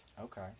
Okay